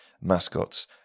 mascots